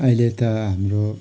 अहिले त हाम्रो